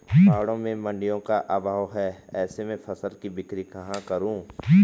पहाड़ों में मडिंयों का अभाव है ऐसे में फसल की बिक्री कहाँ करूँ?